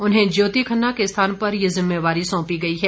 उन्हें ज्योति खन्ना के स्थान पर ये जिम्मेवारी सौंपी गई है